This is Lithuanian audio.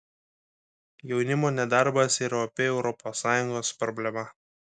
jaunimo nedarbas yra opi europos sąjungos problema